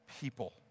people